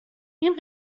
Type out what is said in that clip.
این